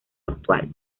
actual